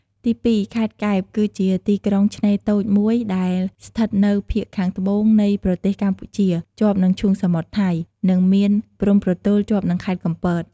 ទីពីរ ខេត្តកែប គឺជាទីក្រុងឆ្នេរតូចមួយដែលស្ថិតនៅភាគខាងត្បូងនៃប្រទេសកម្ពុជា ជាប់នឹងឈូងសមុទ្រថៃ និងមានព្រំប្រទល់ជាប់នឹងខេត្តកំពត។